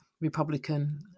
Republican